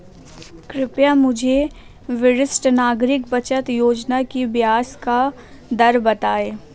कृपया मुझे वरिष्ठ नागरिक बचत योजना की ब्याज दर बताएं?